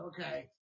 Okay